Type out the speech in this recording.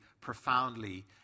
profoundly